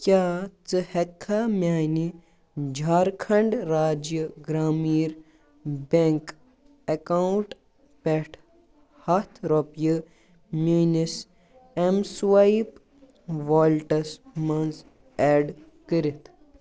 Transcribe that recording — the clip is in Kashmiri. کیٛاہ ژٕ ہٮ۪کھا میانہِ جھارکھنٛڈ راجیہ گرٛامیٖر بینٛک اکاونٹ پٮ۪ٹھ ہتھ رۄپیہٕ میٲنِس اٮ۪م سٕوایپ والیٹَس منٛز ایڈ کٔرِتھ